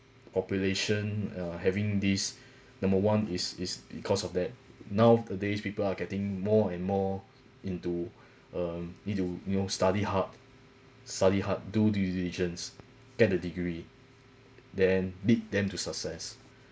population are having this number one is is because of that nowadays people are getting more and more into uh into you know study hard study hard do due diligence get the degree then lead them to success